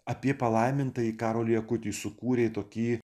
apie palaimintąjį karolį akutį sukūrė tokį